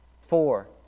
Four